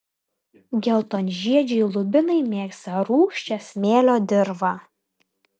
geltonžiedžiai lubinai mėgsta rūgščią smėlio dirvą